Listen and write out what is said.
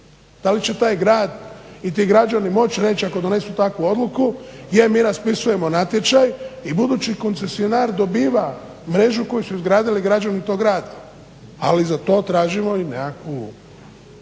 da li će taj grad i ti građani moć reć, ako donesu takvu odluku je mi raspisujemo natječaj i budući koncesionar dobiva mrežu koju su izgradili građani toga grada. Ali za to tražimo i nekakvu